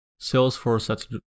Salesforce